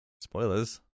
Spoilers